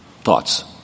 Thoughts